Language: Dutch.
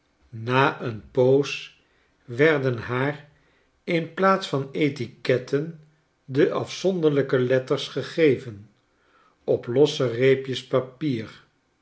ina een poos werden haar in plaats van etiquetten de afzonderlijke letters gegeven op losse reepjes papier